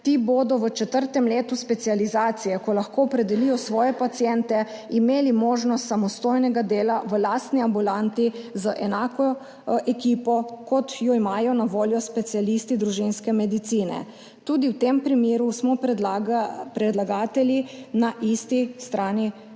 Ti bodo v četrtem letu specializacije, ko lahko opredelijo svoje paciente, imeli možnost samostojnega dela v lastni ambulanti z enako ekipo, kot jo imajo na voljo specialisti družinske medicine. Tudi v tem primeru smo s predlagatelji na isti strani.